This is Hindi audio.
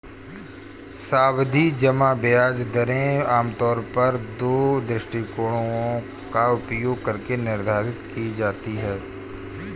सावधि जमा ब्याज दरें आमतौर पर दो दृष्टिकोणों का उपयोग करके निर्धारित की जाती है